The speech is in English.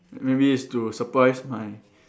maybe is to surprise my